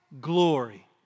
glory